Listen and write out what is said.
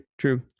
True